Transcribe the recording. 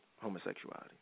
homosexuality